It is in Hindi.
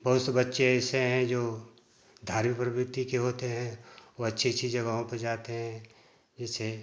बहुत से बच्चे ऐसे हैं जो धार्मिक प्रवृति के होते हैं वह अच्छी अच्छी जगहों पर जाते हैं जैसे